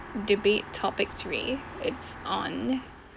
debate topic three it's on